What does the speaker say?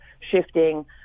shifting